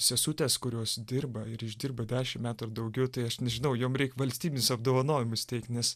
sesutės kurios dirba ir išdirba dešim metų ar daugiau tai aš nežinau jom reik valstybinius apdovanojimus teikt nes